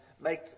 make